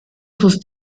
sus